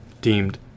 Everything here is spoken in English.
deemed